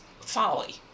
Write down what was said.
folly